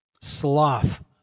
sloth